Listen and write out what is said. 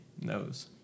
knows